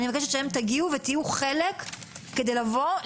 אני מבקשת שגם תגיעו ותהיו חלק כדי לבוא,